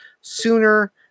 sooner